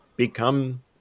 become